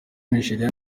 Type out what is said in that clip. nigeria